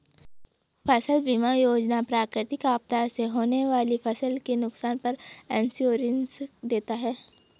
फसल बीमा योजना प्राकृतिक आपदा से होने वाली फसल के नुकसान पर इंश्योरेंस देता है